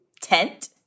tent